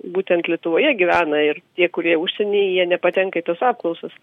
būtent lietuvoje gyvena ir tie kurie užsieny jie nepatenka į tas apklausas